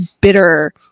bitter